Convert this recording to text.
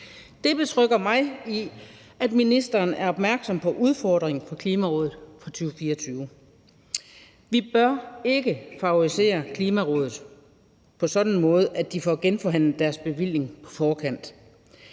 Det betrygger mig i, at ministeren er opmærksom på udfordringen for Klimarådet fra 2024, og vi bør ikke favorisere Klimarådet på en sådan måde, at de får genforhandlet deres bevilling på forkant.